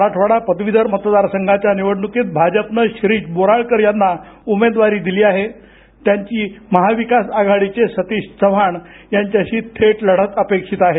मराठवाडा पदवीधर मतदार संघाच्या निवडणुकीत भाजपनं शिरीष बोराळकर यांना दिली आहे त्यांची महाविकास आघाडीचे सतीश चव्हाण यांच्याशी थेट लढत अपेक्षित आहे